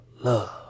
Love